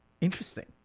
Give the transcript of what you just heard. Interesting